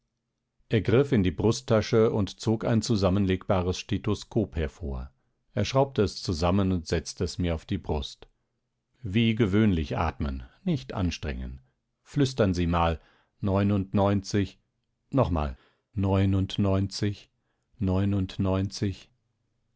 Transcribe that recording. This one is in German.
er griff in die brusttasche und zog ein zusammenlegbares stethoskop hervor er schraubte es zusammen und setzte es mir auf die brust wie gewöhnlich atmen nicht anstrengen flüstern sie mal neunundneunzig nochmal neunundneunzig neunundneunzig